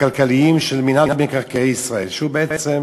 הכלכליים של מינהל מקרקעי ישראל, שבעצם